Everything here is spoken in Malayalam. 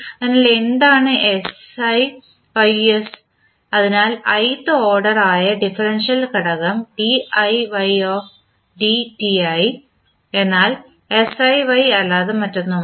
അതിനാൽ എന്താണ് siYs അതിനാൽ ith ഓർഡർ ആയ ഡിഫറൻഷ്യൽ ഘടകം diY dti എന്നാൽ siY അല്ലാതെ മറ്റൊന്നുമല്ല